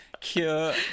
cure